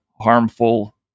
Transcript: harmful